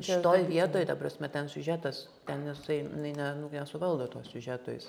šitoj vietoj ta prasme ten siužetas ten nesuei jinai nu nesuvaldo to siužeto jis